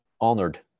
honored